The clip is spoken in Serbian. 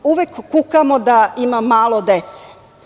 Uvek kukamo da ima malo dece.